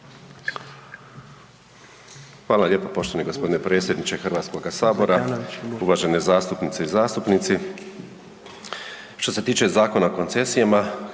Hvala lijepo poštovani g. predsjedniče Hrvatskoga sabora. Uvažene zastupnice i zastupnici. Što se tiče Zakona o koncesijama,